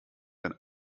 wenn